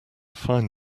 find